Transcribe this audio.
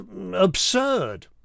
absurd